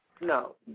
No